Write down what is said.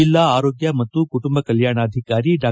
ಜಲ್ಲಾ ಆರೋಗ್ತ ಮತ್ತು ಕುಟುಂಬ ಕಲ್ಕಾಣ ಅಧಿಕಾರಿ ಡಾ